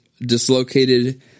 dislocated